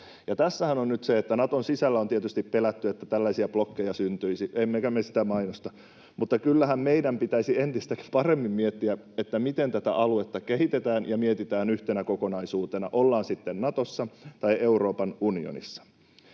tässähän on nyt se, että Naton sisällä on tietysti pelätty, että tällaisia blokkeja syntyisi, emmekä me sitä mainosta, mutta kyllähän meidän pitäisi entistäkin paremmin miettiä, miten tätä aluetta kehitetään ja mietitään yhtenä kokonaisuutena, ollaan sitten Natossa tai Euroopan unionissa.